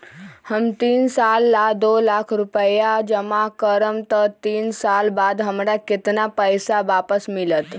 हम तीन साल ला दो लाख रूपैया जमा करम त तीन साल बाद हमरा केतना पैसा वापस मिलत?